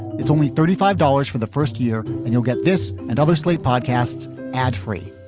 it's only thirty five dollars for the first year and you'll get this and other slate podcasts ad free.